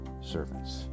servants